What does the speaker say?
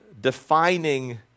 defining